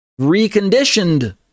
reconditioned